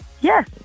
Yes